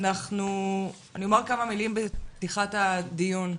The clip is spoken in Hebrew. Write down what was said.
אני אומר כמה מילים בפתיחת הדיון.